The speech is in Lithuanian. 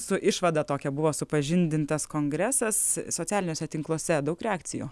su išvada tokia buvo supažindintas kongresas socialiniuose tinkluose daug reakcijų